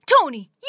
Tony